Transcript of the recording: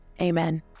amen